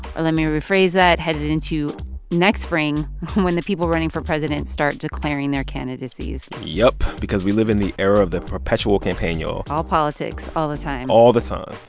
or let me rephrase that headed into next spring when the people running for president start declaring their candidacies yup, because we live in the era of the perpetual campaign, y'all all politics, all the time all the time.